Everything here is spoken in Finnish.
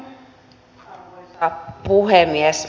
arvoisa puhemies